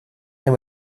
and